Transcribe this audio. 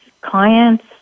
clients